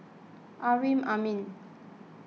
Amrin Amin